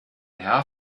herr